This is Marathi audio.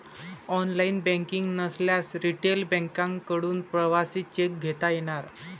ऑनलाइन बँकिंग नसल्यास रिटेल बँकांकडून प्रवासी चेक घेता येणार